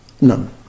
None